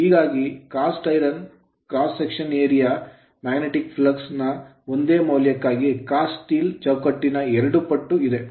ಹೀಗಾಗಿ cast iron ಎರಕಹೊಯ್ದ ಕಬ್ಬಿಣದ cross section area ಚೌಕಟ್ಟಿನ ಅಡ್ಡ ವಿಭಾಗವು magnetic flux ಮ್ಯಾಗ್ನೆಟಿಕ್ ಫ್ಲಕ್ಸ್ ನ ಒಂದೇ ಮೌಲ್ಯಕ್ಕಾಗಿ cast stell ಎರಕಹೊಯ್ದ ಉಕ್ಕಿನ ಚೌಕಟ್ಟಿನ ಎರಡು ಪಟ್ಟು ಇದೆ